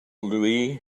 louis